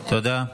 תודה.